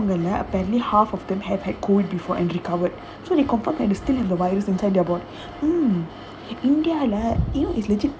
இருக்குல்ல:irukkulla apparently half of them have had COVID before and recovered so they confirm ha~ still have the virus inside their bod~ mm india lah you know is legit~